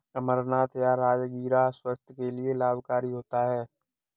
अमरनाथ या राजगिरा स्वास्थ्य के लिए लाभकारी होता है